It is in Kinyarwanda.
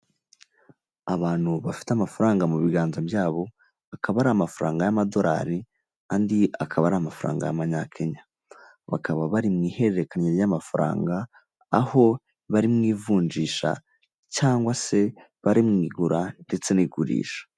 Abantu bafite amafaranga mu biganza byabo, akaba ari amafaranga y'amadolari andi akaba ari amafaranga y'amanyakenya. Bakaba bari mu ihererekanya ry'amafaranga, aho bari mu ivunjisha cyangwa se bari mu igura ndetse n'igurisha.